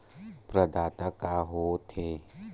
प्रदाता का हो थे?